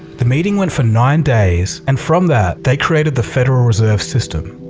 the meeting went for nine days and from that they created the federal reserve system.